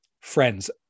Friends